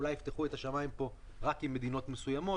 אולי יפתחו את השמים רק עם מדינות מסוימות.